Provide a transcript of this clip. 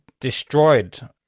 destroyed